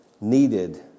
needed